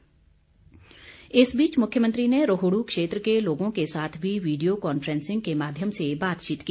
जयराम इस बीच मुख्यमंत्री ने रोहड् क्षेत्र के लोगों के साथ भी वीडियो कांफ्रेंसिंग के माध्यम से बातचीत की